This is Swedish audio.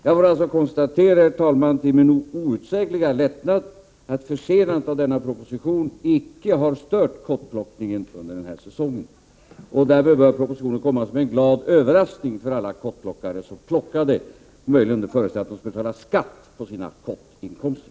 Jag får alltså konstatera, herr talman, till min outsägliga lättnad att försenandet av denna proposition icke har stört kottplockningen under den här säsongen. Därför bör propositionen komma som en glad överraskning för alla kottplockare som plockade möjligen under förutsättning att de skulle få betala skatt på sina inkomster.